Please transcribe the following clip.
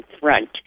front